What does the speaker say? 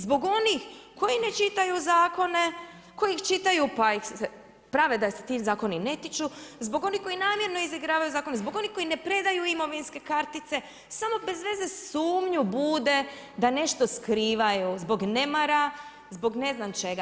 Zbog onih koji ne čitaju zakone, koji ih čitaju pa se prave da ih se ti zakoni ne tiču, zbog onih koji namjerno izigravaju zakon, zbog onih koji ne predaju imovinske kartice, samo bezveze sumnju bude da nešto skrivaju zbog nemara, zbog ne znam čega.